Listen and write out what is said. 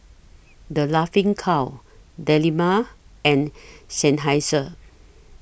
The Laughing Cow Dilmah and Seinheiser